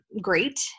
great